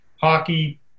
hockey